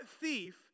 thief